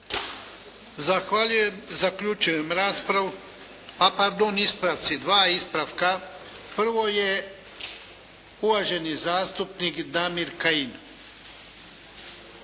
Zahvaljujem. Zaključujem raspravu. A, pardon! Ispravci, dva ispravka! Prvo je uvaženi zastupnik Damir Kajin.